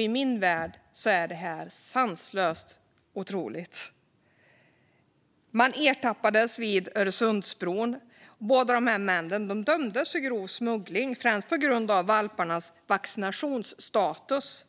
I min värld är det här sanslöst och otroligt. Männen ertappades på Öresundsbron. Båda dömdes för grov smuggling, främst på grund av valparnas vaccinationsstatus.